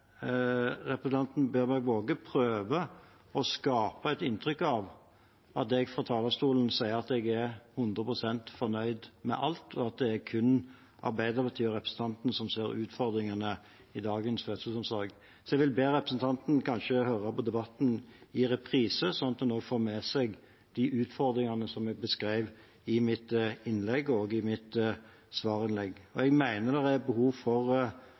representanten får med seg det som var mitt budskap, verken i hovedinnlegget eller i første svar til interpellanten. Interpellanten Bjørnebekk-Waagen prøver å skape et inntrykk av at jeg fra talerstolen sier at jeg er 100 pst. fornøyd med alt, og at det kun er Arbeiderpartiet og representanten som ser utfordringene i dagens fødselsomsorg. Så jeg vil be representanten kanskje høre på debatten i reprise, slik at hun får med seg de utfordringene som jeg beskrev i mitt hovedinnlegg og i mitt svarinnlegg. Jeg